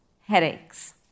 Headaches